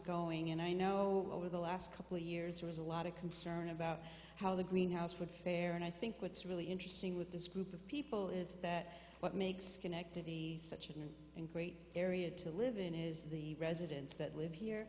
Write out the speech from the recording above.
going and i know the last couple years it was a lot of concern about how the greenhouse would fare and i think what's really interesting with this group of people is that what makes schenectady such a great area to live in is the residents that live here